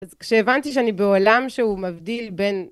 אז כשהבנתי שאני בעולם שהוא מבדיל בין